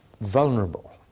vulnerable